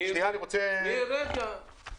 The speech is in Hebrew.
ניר, רגע,